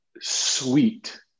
sweet